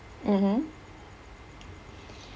mmhmm